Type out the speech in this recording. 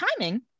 timing